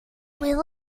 will